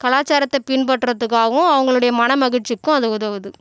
கலாசாரத்தை பின்பற்றத்துக்காகவும் அவங்களுடைய மன மகிழ்ச்சிக்கும் அது உதவுது